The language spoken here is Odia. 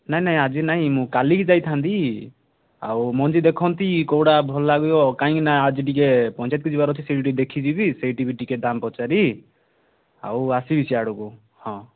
ନାଇଁ ନାଇଁ ଆଜି ନାଇଁ ମୁଁ କାଲିକି ଯାଇଥାନ୍ତି ଆଉ ମଞ୍ଜି ଦେଖନ୍ତି କେଉଁଟା ଭଲ ଲାଗିବ କାହିଁକିନା ଆଜି ଟିକିଏ ପଞ୍ଚାୟତକୁ ଯିବାର ଅଛି ସେଇଠି ଦେଖି ଯିବି ସେଇଠି ବି ଟିକିଏ ଦାମ୍ ପଚାରିବି ଆଉ ଆସିବି ସେଆଡ଼କୁ ହଁ